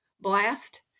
blast